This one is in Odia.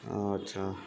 ହଁ ଆଚ୍ଛା